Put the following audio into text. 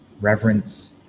reverence